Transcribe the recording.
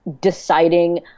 deciding